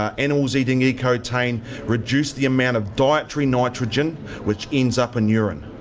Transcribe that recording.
ah animals eating ecotain reduce the amount of dietary nitrogen which ends up in urine.